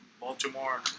Baltimore